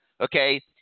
okay